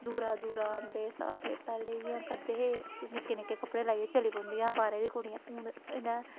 दूरा दूरा आंदे सारे पैह्लें इ'यां करदे हे निक्के निक्के कपड़े लाइयै चली पोंदियां हियां बाह्रे दियां कुड़ियां हून इनें